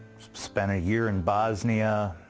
spent a year in bosnia,